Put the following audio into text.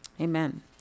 Amen